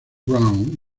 brown